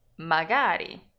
magari